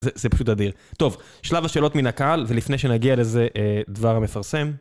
זה פשוט אדיר. טוב, שלב השאלות מן הקהל, ולפני שנגיע לזה דבר המפרסם.